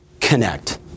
connect